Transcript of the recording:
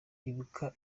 ibuka